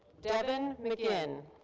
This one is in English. devin mcginn.